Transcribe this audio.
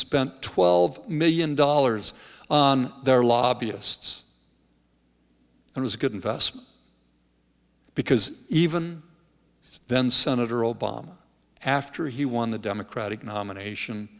spent twelve million dollars on their lobbyists and was a good investment because even then senator obama after he won the democratic nomination